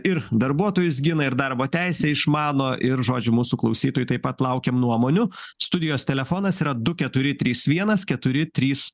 ir darbuotojus gina ir darbo teisę išmano ir žodžiu mūsų klausytojų taip pat laukiam nuomonių studijos telefonas yra du keturi trys vienas keturi trys